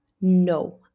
no